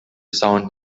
son